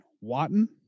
Watton